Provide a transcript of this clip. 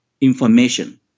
information